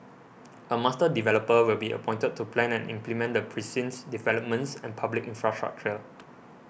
a master developer will be appointed to plan and implement the precinct's developments and public infrastructure